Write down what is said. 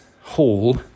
hall